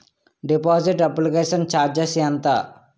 Deposit application charges ఎంత?